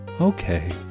okay